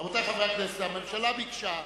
רבותי חברי הכנסת, הממשלה ביקשה.